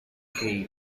cave